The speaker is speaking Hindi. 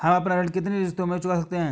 हम अपना ऋण कितनी किश्तों में चुका सकते हैं?